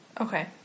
Okay